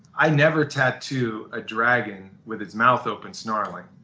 i never tattoo a dragon with its mouth open snarling.